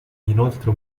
inoltre